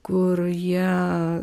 kur jie